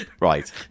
Right